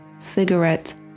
cigarettes